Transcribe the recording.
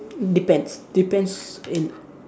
depends depends in